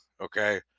Okay